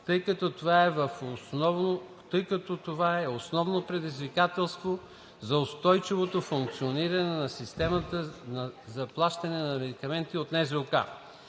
тъй като това е основно предизвикателство за устойчивото функциониране на системата на заплащане на медикаменти от НЗОК.